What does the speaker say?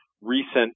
recent